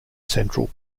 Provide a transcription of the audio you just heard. central